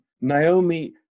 Naomi